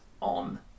on